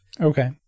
Okay